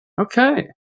Okay